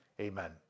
amen